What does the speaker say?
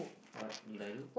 what did I do